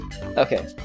Okay